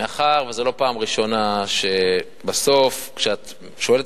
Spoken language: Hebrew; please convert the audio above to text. מאחר שזאת לא פעם ראשונה שבסוף כשאת שואלת